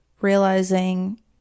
realizing